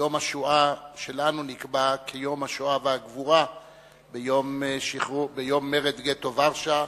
יום השואה שלנו נקבע כיום השואה והגבורה ביום מרד גטו ורשה,